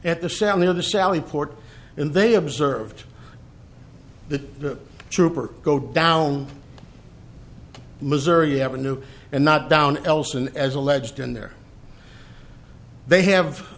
at the sound of the sally port and they observed the trooper go down missouri avenue and not down else and as alleged in there they have